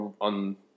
on